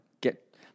get